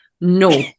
No